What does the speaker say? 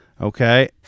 okay